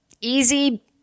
easy